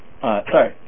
Sorry